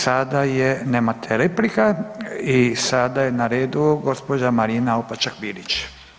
I sada je, nemate replika i sada je na redu gospođa Marina Opačak Bilić.